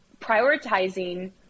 prioritizing